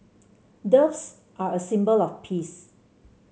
doves are a symbol of peace